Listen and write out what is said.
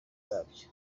babyo